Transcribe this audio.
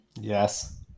Yes